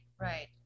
right